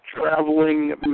traveling